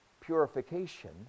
purification